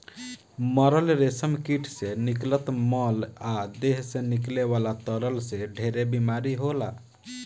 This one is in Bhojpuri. मरल रेशम कीट से निकलत मल आ देह से निकले वाला तरल से ढेरे बीमारी होला